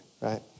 right